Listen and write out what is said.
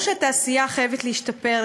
ברור שהתעשייה חייבת להשתפר,